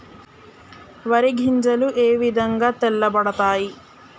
వరి గింజలు ఏ విధంగా తెల్ల పడతాయి?